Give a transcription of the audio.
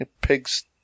pigs